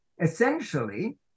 essentially